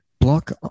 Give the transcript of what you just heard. block